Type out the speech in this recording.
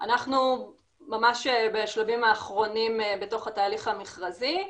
אנחנו ממש בשלבים האחרונים בתוך התהליך המכרזי,